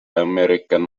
american